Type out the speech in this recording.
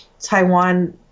Taiwan